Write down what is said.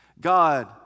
God